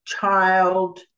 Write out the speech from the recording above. Child